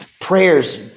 Prayers